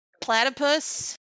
Platypus